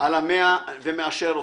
על ה-100,000 ומאשר אותו.